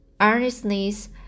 earnestness